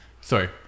Sorry